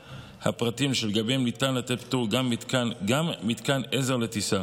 הפרטים שלגביהם ניתן לתת פטור גם מתקן עזר לטיסה.